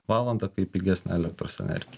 valandą kaip pigesnė elektros energija